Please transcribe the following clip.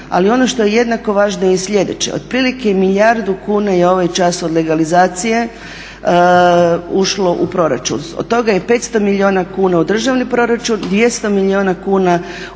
ali ono što je jednako važno i sljedeće otprilike milijardu kuna je ovaj čas od legalizacije ušlo u proračun. Od toga je 500 milijuna kuna u državni proračun, 200 milijuna kuna u